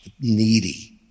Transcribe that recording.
needy